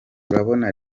urabona